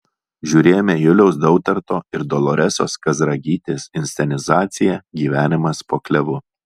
žiūrėjome juliaus dautarto ir doloresos kazragytės inscenizaciją gyvenimas po klevu